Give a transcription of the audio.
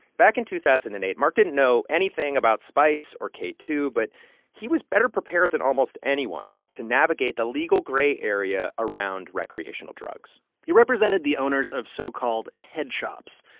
back in two thousand and eight, marc didn't know anything about spice or k two, but he was better-prepared than almost anyone to navigate the legal gray area around recreational drugs he represented the owners of so-called head shops.